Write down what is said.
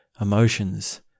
emotions